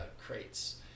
crates